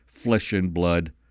flesh-and-blood